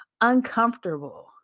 uncomfortable